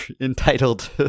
entitled